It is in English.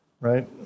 right